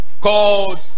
called